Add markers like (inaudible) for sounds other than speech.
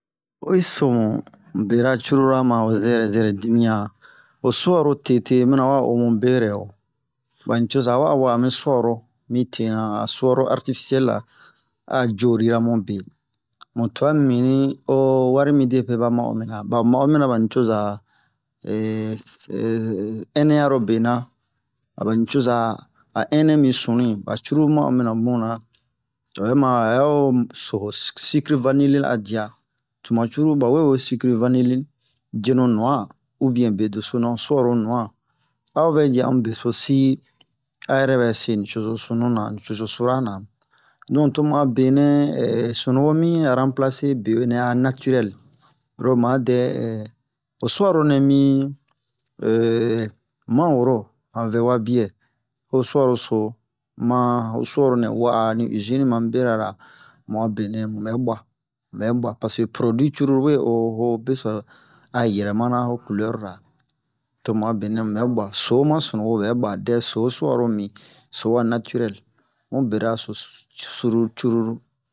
Oyi so mu bera cruru a ma ho zɛrɛ zɛrɛ dimiyan ho su'aro tete mina wa o mu berɛ wo ba nicoza wa wa'a mi su'aro mi tena a su'aro artifisiɛl la a jorira mu be mu tua mibini o wari midepe ba ma'o mina ba ma'o mina bani coza (hesitation) ɛnɛ'aro bena a bani coza a ɛnɛ mi sunu'i ba cruru ma'o mina buna o bɛ ma hɛ o yi so o sikrivani le a dia tuma cruru bawe we sikrivanili jenu nu'an ubien bedeso nu su'aro nu'an a'o vɛ ji amu besosi a yɛrɛ bɛ se nucozo sunu na nucozo sura na don tomu a benɛ (hesitation) sunu wo mi ranplase benɛ a naturɛl oro ma dɛ (hesitation) ho su'aro nɛ mi (hesitation) man'oro han vɛwa biɛ ho su'aro so ma ho su'aro nɛ wa'a ni izin ma mu bera ra mu a benɛ mu bɛ bu'a mu bɛ bu'a paseke produi cruru we o ho beso a yɛrɛma na ho culɛr ra to mu a benɛ mubɛ bwa so ma sunu wo bɛ bwa dɛ so su'aro mimi so a naturɛl mu bera so sururu cruru